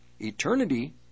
eternity